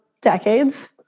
decades